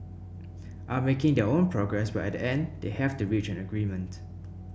are making their own progress but at the end they will have to reach an agreement